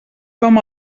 com